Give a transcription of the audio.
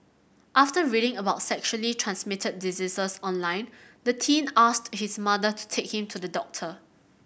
after reading about sexually transmitted diseases online the teen asked his mother to take him to the doctor